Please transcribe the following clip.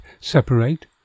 separate